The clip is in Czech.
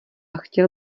chtěl